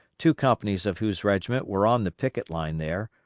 two companies of whose regiment were on the picket line there,